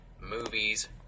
movies